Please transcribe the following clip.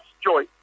joy